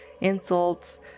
insults